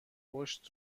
پشت